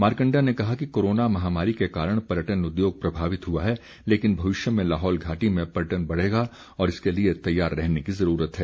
मारकंडा ने कहा कि कोरोना महामारी के कारण पर्यटन उद्योग प्रभावित हुआ है लेकिन भविष्य में लाहौल घाटी में पर्यटन बढ़ेगा और इसके लिए तैयार रहने की जरूरत है